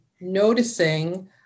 noticing